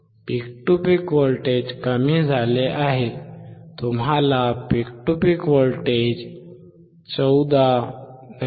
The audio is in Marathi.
पीक टू पीक व्होल्टेज कमी झाले आहे तुम्हाला पीक टू पीक व्होल्टेज 14